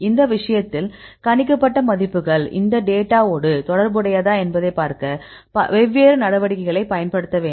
இந்த விஷயத்தில் கணிக்கப்பட்ட மதிப்புகள் இந்த டேட்டாவோடு தொடர்புடையதா என்பதைப் பார்க்க வெவ்வேறு நடவடிக்கைகளைப் பயன்படுத்த வேண்டும்